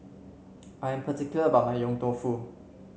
I am particular about my Yong Tau Foo